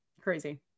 Crazy